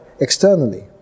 externally